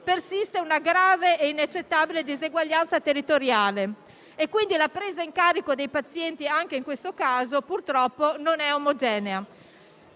persiste una grave e inaccettabile diseguaglianza territoriale e quindi la presa in carico dei pazienti, anche in questo caso, purtroppo non è omogenea.